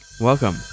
Welcome